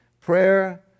Prayer